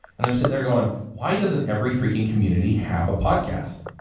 and i'm sitting there going, why doesn't every freaking community have a podcast?